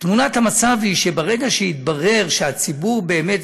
תמונת המצב היא שברגע שהתברר שהציבור באמת,